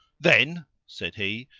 then, said he,